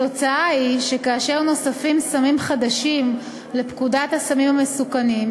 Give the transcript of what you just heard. התוצאה היא שכאשר נוספים סמים חדשים לפקודת הסמים המסוכנים,